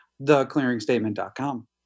theclearingstatement.com